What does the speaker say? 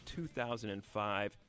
2005